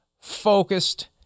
focused